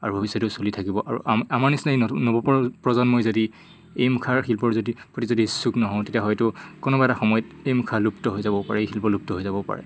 আৰু ভৱিষ্যতেও চলি থাকিব আৰু আমাৰ নিচিনা নৱ প্ৰজন্মই যদি এই মুখা শিল্পৰ প্ৰতি যদি ইচ্ছুক নহওঁ তেতিয়া হয়তো কোনোবা এটা সময়ত এই মুখা লুপ্ত হৈ যাব পাৰে এই শিল্প লুপ্ত হৈ যাব পাৰে